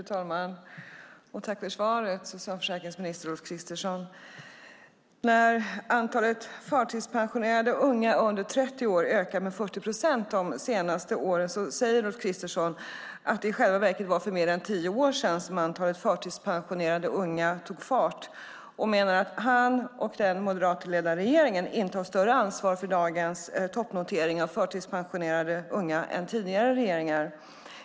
Fru talman! Tack för svaret, socialförsäkringsminister Ulf Kristersson! När antalet förtidspensionerade unga under 30 år har ökat med 40 procent de senaste åren säger Ulf Kristersson att det i själva verket var för mer än tio år sedan som ökningen av antalet förtidspensionerade unga tog far tog. Han menar att han och den moderatledda regeringen inte har större ansvar för dagens toppnotering av antalet förtidspensionerade unga än tidigare regeringar.